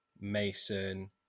Mason